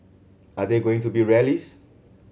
are there going to be rallies